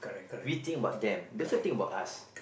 we think about them they also think about us